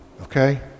okay